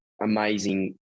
amazing